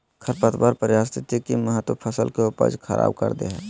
खरपतवार पारिस्थितिक महत्व फसल के उपज खराब कर दे हइ